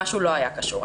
משהו לא היה כשורה.